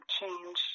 change